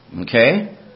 Okay